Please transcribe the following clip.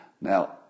Now